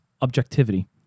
objectivity